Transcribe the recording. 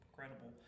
incredible